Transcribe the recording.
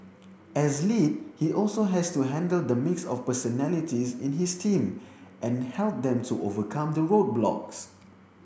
as lead he also has to handle the mix of personalities in his team and help them to overcome the roadblocks